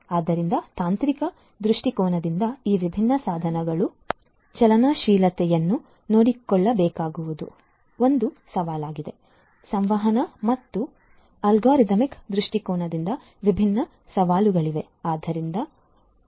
ಆದ್ದರಿಂದ ತಾಂತ್ರಿಕ ದೃಷ್ಟಿಕೋನದಿಂದ ಈ ವಿಭಿನ್ನ ಸಾಧನಗಳ ಚಲನಶೀಲತೆಯನ್ನು ನೋಡಿಕೊಳ್ಳುವುದು ಒಂದು ಸವಾಲಾಗಿದೆ ಸಂವಹನ ಮತ್ತು ಅಲ್ಗಾರಿದಮಿಕ್ ದೃಷ್ಟಿಕೋನದಿಂದ ವಿಭಿನ್ನ ಸವಾಲುಗಳಿವೆ